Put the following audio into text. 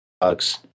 bugs